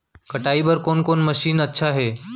कटाई बर कोन कोन मशीन अच्छा हे?